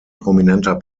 prominenter